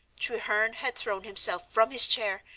treherne had thrown himself from his chair,